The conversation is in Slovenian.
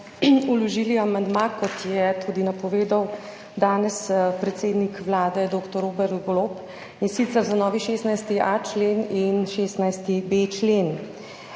vložili amandma, kot je tudi napovedal danes predsednik Vlade dr. Robert Golob, in sicer za novi 16.a člen in 16.b člen.